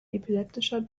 elliptischer